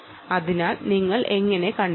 അതിനാൽ നിങ്ങൾ ഇത് എങ്ങനെ കണ്ടെത്തും